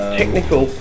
technical